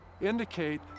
indicate